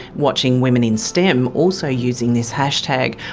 watching women in stem also using this hashtag,